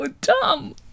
dumb